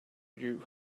you